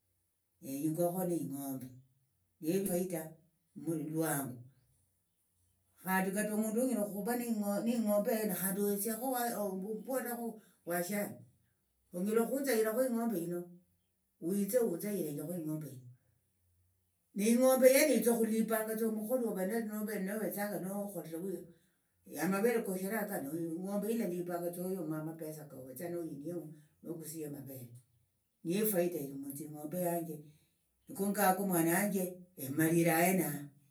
Ingokho niing'ombe neye faita bwangu khandi kata omundu onyala okhuva neing'ombe eyo ne khandi ohesiakho omumbolerakhu washanje onyala okhuthayirakhu ing'ombe yino witse huthayirenjekhu ing'ombe yino ni ing'ombe eyene yitsa okhulipangatsa omukholi wova novere nohetsanga nokholire uyu amavere koshere nohiniemu nokusie amavere niyo ifaita ili muthing'ombe yanje niko ngako mwana wanje emalire ahenaha.